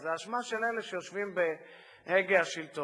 זו אשמה של אלה שיושבים ליד הגה השלטון,